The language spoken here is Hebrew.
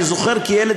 אני זוכר כילד,